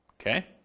Okay